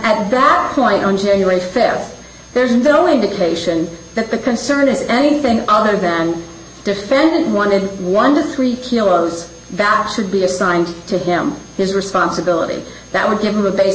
at that point on january th there's no indication that the concern is anything other than defendant wanted one to three kilos vamps would be assigned to him his responsibility that would give you a bas